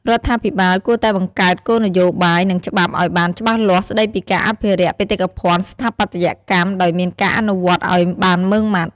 រដ្ឋាភិបាលគួរតែបង្កើតគោលនយោបាយ និងច្បាប់ឱ្យបានច្បាស់លាស់ស្តីពីការអភិរក្សបេតិកភណ្ឌស្ថាបត្យកម្ម ដោយមានការអនុវត្តឱ្យបានម៉ឺងម៉ាត់។